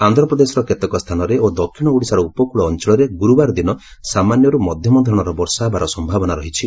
ଆନ୍ଧ୍ରପ୍ରଦେଶର କେତେକ ସ୍ଥାନରେ ଓ ଦକ୍ଷିଣ ଓଡ଼ିଶାର ଉପକୂଳ ଅଞ୍ଚଳରେ ଗୁରୁବାର ଦିନ ସାମାନ୍ୟରୁ ମଧ୍ୟମ ଧରଣର ବର୍ଷା ହେବାର ସମ୍ଭାବନା ରହିଛି